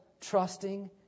trusting